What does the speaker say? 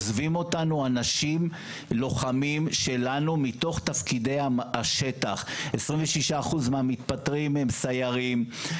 עוזבים אותנו לוחמים שלנו מתוך תפקידי השטח: 26% מהמתפטרים הם סיירים,